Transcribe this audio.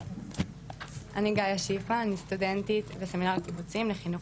אני סטודנטית בסמינר הקיבוצי לחינוך